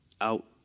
out